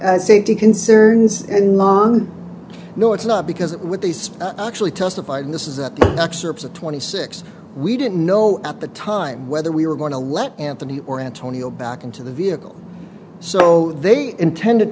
as safety concerns and mom no it's not because it would be spent actually testified in this is at the excerpts of twenty six we didn't know at the time whether we were going to let anthony or antonio back into the vehicle so they intended